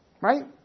Right